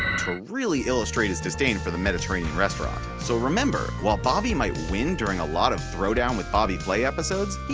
to really illustrate his disdain for the mediterranean restaurant. so remember while bobby might win during a lot of throwdown! with bobby flay episodes,